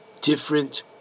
different